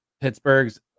Pittsburgh's